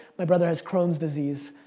my brother has crohn's disease.